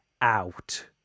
out